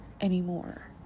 anymore